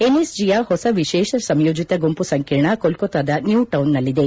ಎನ್ಎಸ್ಜಿಯ ಹೊಸ ವಿಶೇಷ ಸಂಯೋಜಿತ ಗುಂಪು ಸಂಕೀರ್ಣ ಕೋಲ್ಕೊತಾದ ನ್ಲೂ ಟೌನ್ನಲ್ಲಿದೆ